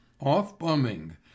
Off-bumming